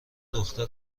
دختر